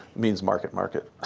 means market market.